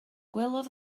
gwelodd